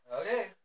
Okay